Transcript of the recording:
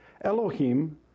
Elohim